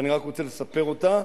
ואני רק רוצה לספר אותה.